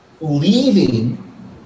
leaving